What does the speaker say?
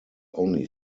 only